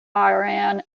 iran